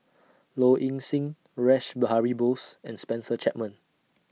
Low Ing Sing Rash Behari Bose and Spencer Chapman